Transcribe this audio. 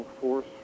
force